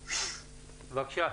בבקשה.